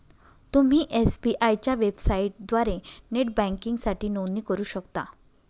तुम्ही एस.बी.आय च्या वेबसाइटद्वारे नेट बँकिंगसाठी नोंदणी करू शकता